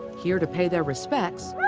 here to pay their respects,